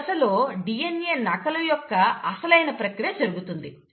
ఈ దశలో DNA నకలు యొక్క అసలైన ప్రక్రియ జరుగుతుంది